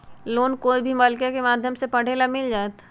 Loan कोई भी बालिका के माध्यम से पढे ला मिल जायत?